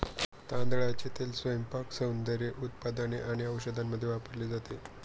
तांदळाचे तेल स्वयंपाक, सौंदर्य उत्पादने आणि औषधांमध्ये वापरले जाते